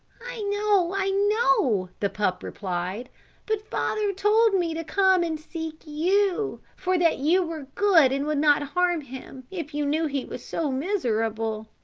i know, i know, the pup replied but father told me to come and seek you, for that you were good, and would not harm him, if you knew he was so miserable.